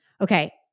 Okay